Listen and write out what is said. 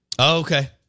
okay